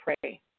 pray